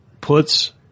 puts